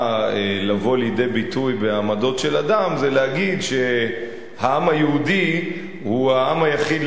לבוא לידי ביטוי בעמדות של אדם זה לומר שהעם היהודי הוא העם היחיד,